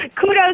kudos